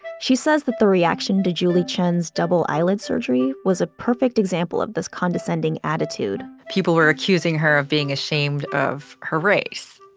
she says that the reaction to julie chen's double eyelid surgery was a perfect example of this condescending attitude people were accusing her of being ashamed of her race,